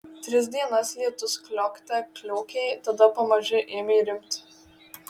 tris dienas lietus kliokte kliokė tada pamaži ėmė rimti